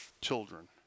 children